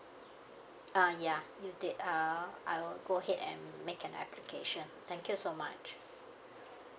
uh ya you did uh I'll go ahead and make an application thank you so much